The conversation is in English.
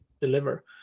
deliver